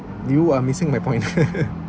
you are missing my point